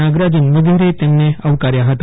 નાગરાજન વગેરેએ તેમને આવકાર્યા હતા